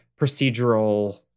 procedural